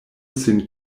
sin